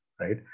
right